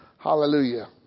Hallelujah